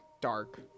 dark